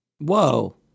Whoa